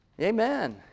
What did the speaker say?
Amen